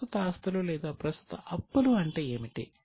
ప్రస్తుత ఆస్తులు లేదా ప్రస్తుత అప్పులు ఏమిటి